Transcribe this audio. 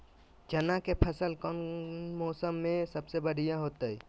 चना के फसल कौन मौसम में सबसे बढ़िया होतय?